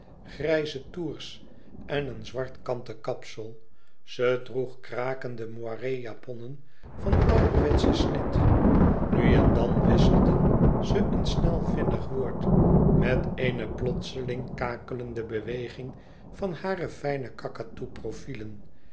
grijze tours en een zwart kanten kapsel ze droegen krakende moiré japonnen van ouderwetschen snit nu en dan wisselden ze een snel vinnig woord met eene plotseling kakelende beweging van hare fijne